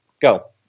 go